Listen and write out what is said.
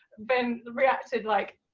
been, reacted like,